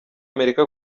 amerika